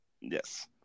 yes